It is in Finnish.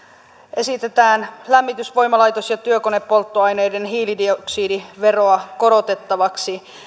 esitetään lämmitys voimalaitos ja työkonepolttoaineiden hiilidioksidiveroa korotettavaksi